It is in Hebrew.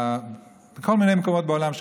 בכל מיני מקומות בעולם.